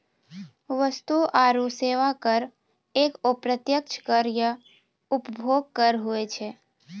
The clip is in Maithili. वस्तु आरो सेवा कर एक अप्रत्यक्ष कर या उपभोग कर हुवै छै